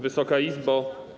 Wysoka Izbo!